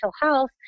health